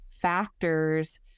factors